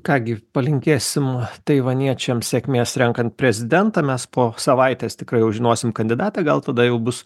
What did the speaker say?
ką gi palinkėsim taivaniečiams sėkmės renkant prezidentą mes po savaitės tikrai jau žinosim kandidatą gal tada jau bus